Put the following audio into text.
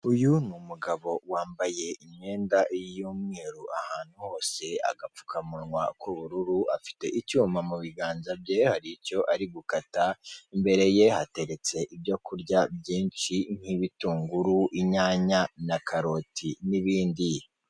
Uyu ni umugabo wambaye imyenda y'umweru ahantu hose, agapfukamunwa k'ubururu, afite icyuma mu biganza bye hari icyo ari gukata, imbere ye hateretse ibyo kurya byinshi nk'ibitunguru, inyanya na karoti n'ibindi.